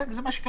זה מה שכתוב.